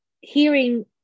hearing